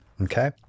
okay